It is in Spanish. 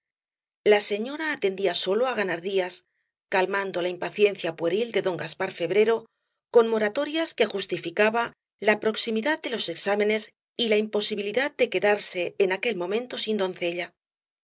la señora atendía sólo á ganar días calmando la impaciencia pueril de don gaspar febrero con moratorias que justificaba la proximidad de los exámenes y la imposibilidad de quedarse en aquel momento sin doncella